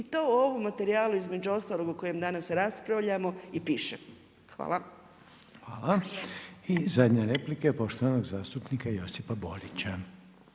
i to u ovom materijalu između ostalog o kojem danas raspravljamo i piše. Hvala. **Reiner, Željko (HDZ)** Hvala. I zadnja replika je poštovanog zastupnika Josipa Borića.